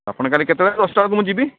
ଆପଣ କାଲି କେତେ ବେଳେ ଦଶଟା ବେଳକୁ ମୁଁ ଯିବି